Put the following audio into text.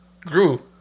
grew